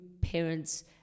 parents